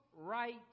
right